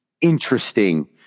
interesting